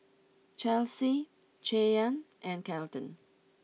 Chelsey Cheyanne and Kelton